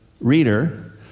reader